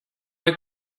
hay